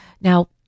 Now